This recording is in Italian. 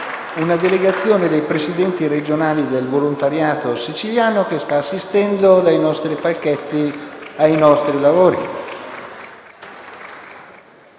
una delegazione di presidenti regionali del volontariato siciliano, che sta assistendo ai nostri lavori.